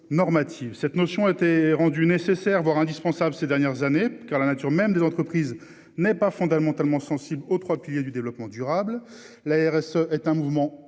cette notion a été rendue nécessaire, voire indispensable, ces dernières années, car la nature même des entreprises n'est pas fondamentalement sensible aux 3 piliers du développement durable, l'ARS est un mouvement complémentaire